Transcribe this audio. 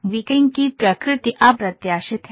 tweaking की प्रकृति अप्रत्याशित है